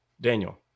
Daniel